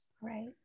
Right